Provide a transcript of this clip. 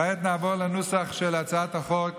כעת נעבור לנוסח של הצעת החוק